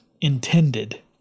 intended